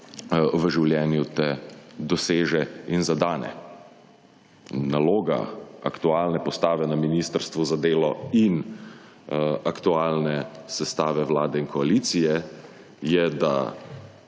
v življenju te doseže in zadane. In naloga aktualne postave na Ministrstvu za delo in aktualne sestave vlade in koalicije je, da